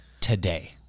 today